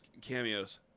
cameos